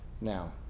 now